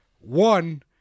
One